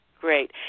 Great